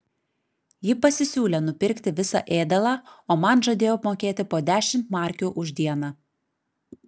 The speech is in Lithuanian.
ji pasisiūlė nupirkti visą ėdalą o man žadėjo mokėti po dešimt markių už dieną